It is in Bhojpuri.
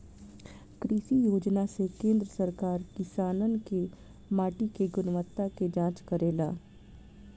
कृषि योजना से केंद्र सरकार किसानन के माटी के गुणवत्ता के जाँच करेला